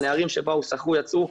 נערים שבאו ויצאו,